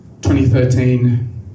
2013